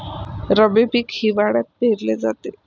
रब्बी पीक हिवाळ्यात पेरले जाते